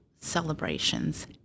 celebrations